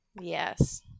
Yes